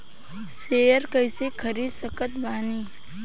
Share कइसे खरीद सकत बानी?